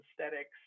aesthetics